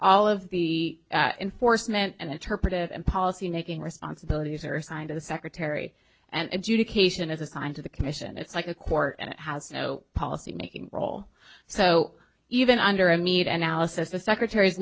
all of the enforcement and interpretive and policymaking responsibilities are assigned to the secretary and education is assigned to the commission it's like a court and it has no policymaking role so even under a meta analysis the secretaries